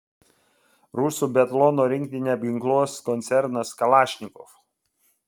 rusų biatlono rinktinę apginkluos koncernas kalašnikov